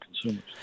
consumers